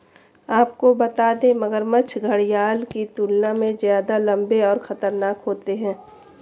आपको बता दें, मगरमच्छ घड़ियाल की तुलना में ज्यादा लम्बे और खतरनाक होते हैं